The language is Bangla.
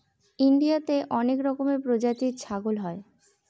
ইন্ডিয়াতে অনেক রকমের প্রজাতির ছাগল হয়